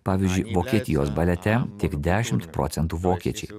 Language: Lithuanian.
pavyzdžiui vokietijos balete tik dešimt procentų vokiečiai